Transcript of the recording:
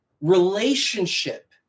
Relationship